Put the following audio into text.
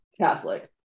catholic